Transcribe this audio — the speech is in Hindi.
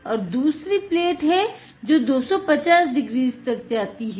और दूसरी 250 डिग्रीज तक जाती है